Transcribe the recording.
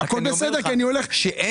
אם